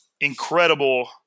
incredible